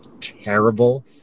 terrible